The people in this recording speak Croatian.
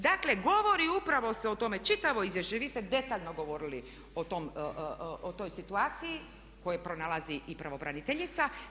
Dakle govori upravo se o tome, čitavo izvješće i vi ste detaljno govorili o toj situaciji koju pronalazi i pravobraniteljica.